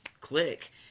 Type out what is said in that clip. click